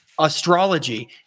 Astrology